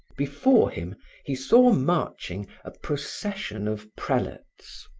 before him he saw marching a procession of prelates.